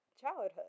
childhood